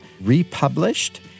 republished